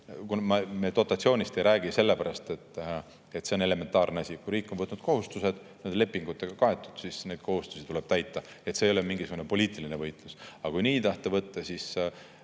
Me dotatsioonist ei räägi, sellepärast et see on elementaarne asi: kui riik on võtnud kohustused, need on lepingutega kaetud, siis neid kohustusi tuleb täita. See ei ole mingisugune poliitiline võitlus. Aga kui nii tahta võtta, siis